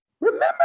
remember